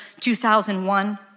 2001